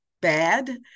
bad